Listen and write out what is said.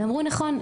הם אמרו נכון,